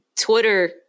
Twitter